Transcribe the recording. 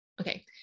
okay